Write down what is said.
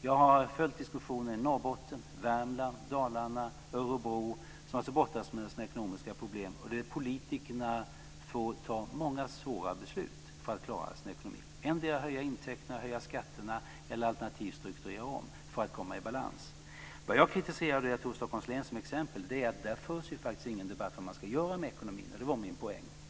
Jag har följt diskussionen i Norrbotten, Värmland, Dalarna och Örebro, som brottas med ekonomiska problem och där politikerna får ta många svåra beslut för att klara sin ekonomi - endera höja intäkterna, dvs. skatterna, alternativt strukturera om för att komma i balans. Vad jag kritiserade med Stockholms län som exempel är att där faktiskt inte förs någon debatt om vad man ska göra med ekonomin. Det var min poäng.